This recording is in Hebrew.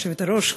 היושבת-ראש,